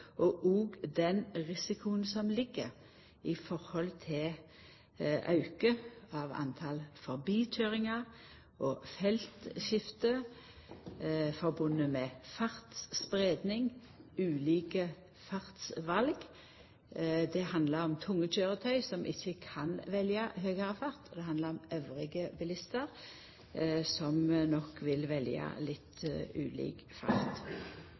risiko, og den risikoen som ligg i auken i talet på forbikøyringar, feltskifte knytt til fartsspreiing, og ulike fartsval. Det handlar om tunge køyretøy som ikkje kan velja høgare fart, og det handlar om bilistar elles, som nok vil velja litt ulik